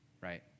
right